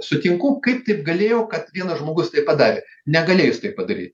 sutinku kaip taip galėjo kad vienas žmogus tai padarė negalėji jis taip padaryt